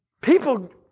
people